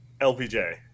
LPJ